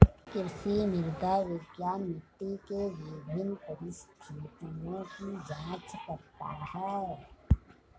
कृषि मृदा विज्ञान मिट्टी के विभिन्न परिस्थितियों की जांच करता है